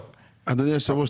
אדוני היושב ראש,